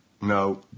No